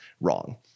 wrong